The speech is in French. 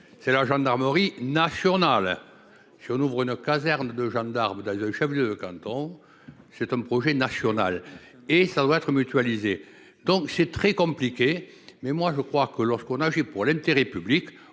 C'est la gendarmerie nationale. Si on ouvre une caserne de gendarmes d'ailleurs le chef lieu de canton. C'est un projet national et ça doit être mutualisé. Donc c'est très compliqué, mais moi je crois que lorsqu'on agit pour l'intérêt public,